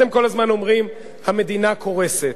אתם כל הזמן אומרים: המדינה קורסת.